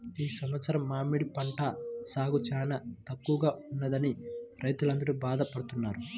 ఈ సంవత్సరం మామిడి పంట సాగు చాలా తక్కువగా ఉన్నదని రైతులందరూ బాధ పడుతున్నారు